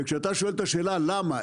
וכשאתה שואל את השאלה למה,